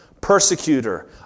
Persecutor